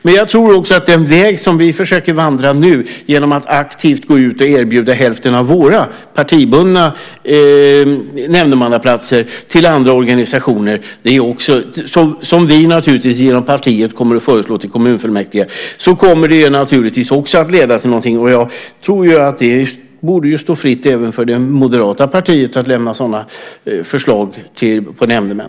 Men jag tror också att den väg som vi försöker vandra nu, genom att aktivt gå ut och erbjuda hälften av våra partibundna nämndemannaplatser till andra organisationer, som vi naturligtvis genom partiet kommer att föreslå till kommunfullmäktige, kommer att leda till någonting. Det borde stå fritt även för det moderata partiet att lämna sådana förslag på nämndemän.